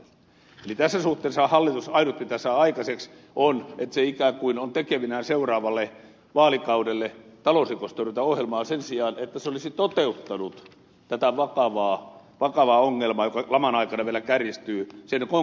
eli tässä suhteessa ainut mitä hallitus saa aikaiseksi on että se ikään kuin on tekevinään seuraavalle vaalikaudelle talousrikostorjuntaohjelmaa sen sijaan että se olisi toteuttanut tämän vakavan ongelman joka laman aikana vielä kärjistyy konkreettisia torjuntatoimia